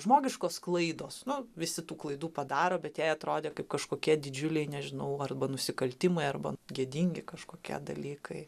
žmogiškos klaidos nu visi tų klaidų padaro bet jai atrodė kaip kažkokie didžiuliai nežinau arba nusikaltimai arba gėdingi kažkokie dalykai